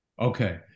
Okay